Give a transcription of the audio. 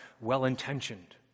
well-intentioned